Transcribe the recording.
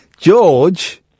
george